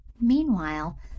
Meanwhile